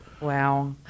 Wow